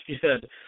good